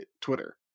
twitter